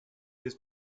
his